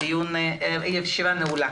הישיבה נעולה.